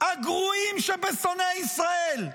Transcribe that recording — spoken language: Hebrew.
הגרועים שבשונאי ישראל.